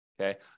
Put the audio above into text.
okay